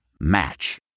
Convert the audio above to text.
Match